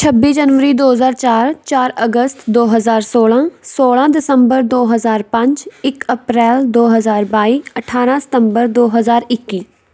ਛੱਬੀ ਜਨਵਰੀ ਦੋ ਹਜ਼ਾਰ ਚਾਰ ਚਾਰ ਅਗਸਤ ਦੋ ਹਜ਼ਾਰ ਸੋਲਾਂ ਸੋਲਾਂ ਦਸੰਬਰ ਦੋ ਹਜ਼ਾਰ ਪੰਜ ਇੱਕ ਅਪ੍ਰੈਲ ਦੋ ਹਜ਼ਾਰ ਬਾਈ ਅਠਾਰਾਂ ਸਤੰਬਰ ਦੋ ਹਜ਼ਾਰ ਇੱਕੀ